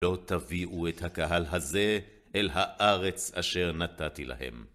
לא תביאו את הקהל הזה אל הארץ אשר נתתי להם.